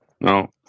No